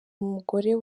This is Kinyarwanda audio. umugore